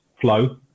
flow